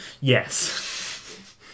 Yes